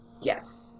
Yes